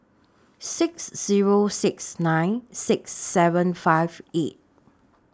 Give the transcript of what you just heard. six Zero six nine six seven five eight